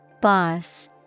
Boss